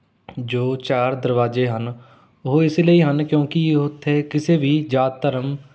ਜੋ ਚਾਰ ਦਰਵਾਜ਼ੇ ਹਨ ਉਹ ਇਸ ਲਈ ਹਨ ਕਿਉਂਕਿ ਉੱਥੇ ਕਿਸੇ ਵੀ ਜਾਤ ਧਰਮ